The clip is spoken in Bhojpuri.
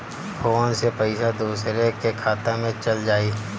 फ़ोन से पईसा दूसरे के खाता में चल जाई?